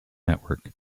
network